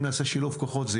אם נעשה שילוב כוחות,